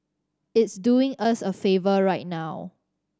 it's doing us a favour right now